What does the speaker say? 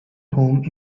home